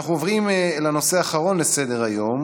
אנחנו עוברים לנושא האחרון בסדר-היום.